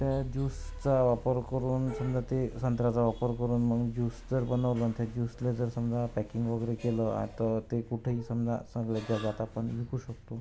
त्या ज्यूसचा वापर करून समजा ते संत्र्याचा वापर करून मग ज्यूस जर बनवलं नं तर ज्यूसला जर समजा पॅकिंग वगैरे केलं आ तर ते कुठेही समजा संगलेता जाता आपण विकू शकतो